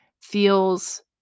feels